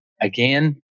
Again